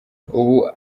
ubu